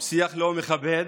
שיח לא מכבד,